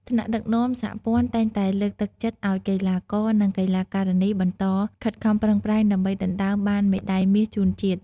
ថ្នាក់ដឹកនាំសហព័ន្ធតែងតែលើកទឹកចិត្តឱ្យកីឡាករ និង កីឡាការិនីបន្តខិតខំប្រឹងប្រែងដើម្បីដណ្តើមបានមេដាយមាសជូនជាតិ។